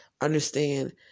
Understand